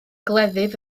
gleddyf